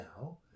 now